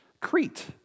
Crete